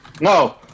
No